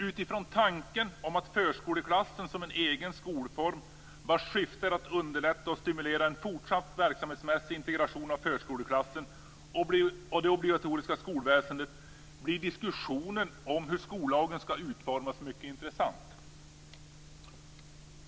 Utifrån tanken om förskoleklassen som en egen skolform, vars syfte är att underlätta och stimulera en fortsatt verksamhetsmässig integration av förskoleklassen och det obligatoriska skolväsendet, blir diskussionen om hur skollagen skall utformas mycket intressant.